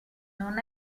non